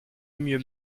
mieux